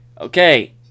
Okay